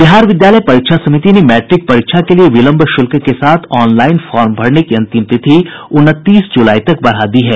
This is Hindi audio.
बिहार विद्यालय परीक्षा समिति ने मैट्रिक परीक्षा के लिए विलंब शुल्क के साथ ऑनलाईन फार्म भरने की अंतिम तिथि उनतीस जुलाई तक बढ़ा दी है